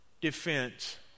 defense